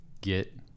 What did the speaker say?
get